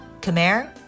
Khmer